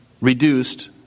reduced